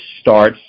starts